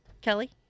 Kelly